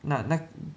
那那